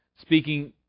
Speaking